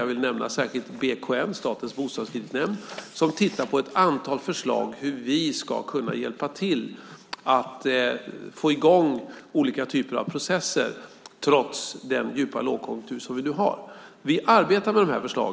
Jag vill särskilt nämna BKN, Statens bostadskreditnämnd, som tittar på ett antal förslag på hur vi ska kunna hjälpa till att få i gång olika typer av processer trots den djupa lågkonjunktur vi har. Vi arbetar med dessa förslag.